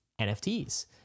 NFTs